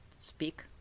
speak